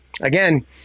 again